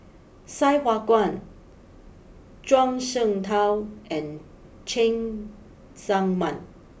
Sai Hua Kuan Zhuang Shengtao and Cheng Tsang Man